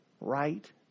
right